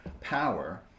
power